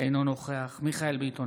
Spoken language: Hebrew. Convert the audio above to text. אינו נוכח מיכאל מרדכי ביטון,